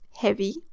heavy